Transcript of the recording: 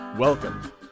Welcome